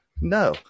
No